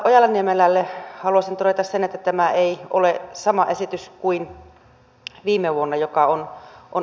ojala niemelälle haluaisin todeta sen että tämä ei ole sama esitys kuin viime vuonna annettu